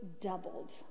doubled